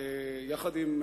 יחד עם,